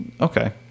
okay